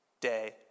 day